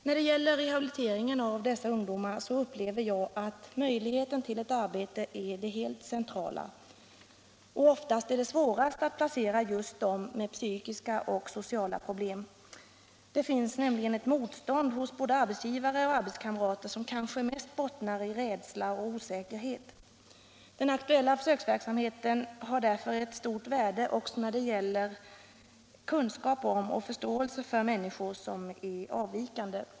När det gäller rehabiliteringen av dessa ungdomar upplever jag att möjligheten till ett arbete är det centrala för dem. Oftast är det svårast att placera just dem som har psykiska och sociala problem. Det finns nämligen ett motstånd hos både arbetsgivare och arbetskamrater vilket kanske mest bottnar i rädsla och osäkerhet. Den aktuella försöksverk politiken politiken samheten har därför ett stort värde också när det gäller kunskap om och förståelse för människor som är avvikande.